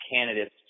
candidates